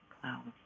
clouds